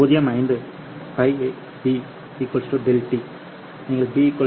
5π b ∆ τ நீங்கள் b 0